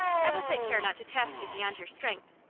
i will take care not to task you beyond your strength.